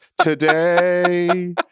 today